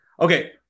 Okay